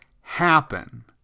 happen